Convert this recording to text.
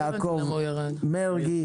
יעקב מרגי,